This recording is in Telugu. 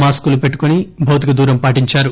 మాస్కులు పెట్టుకొని భౌతిక దూరం పాటించారు